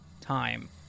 time